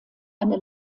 eine